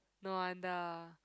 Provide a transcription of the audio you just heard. no wonder